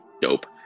dope